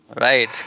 Right